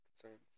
concerns